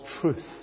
truth